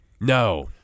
No